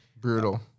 Brutal